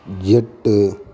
எட்டு